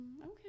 Okay